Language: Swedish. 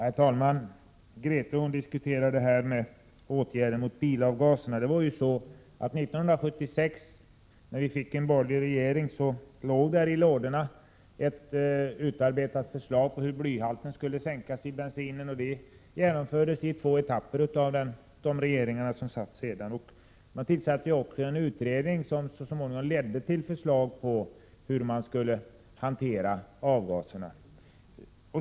Herr talman! Grethe Lundblad diskuterar detta med åtgärder mot bilavgaserna. 1976, när vi fick en borgerlig regering, låg i byrålådan ett utarbetat förslag på hur blyhalten skulle sänkas i bensinen. Det genomfördes itvå etapper av de regeringar som sedan satt. Man tillsatte också en utredning som så småningom ledde till förslag om hur man skulle hantera avgaserna.